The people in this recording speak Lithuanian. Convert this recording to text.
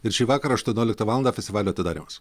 ir šį vakarą aštuonioliktą valandą festivalio atidarymas